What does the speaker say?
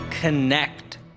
connect